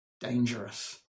dangerous